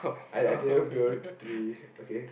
I I will three okay